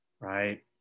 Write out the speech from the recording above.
right